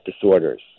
disorders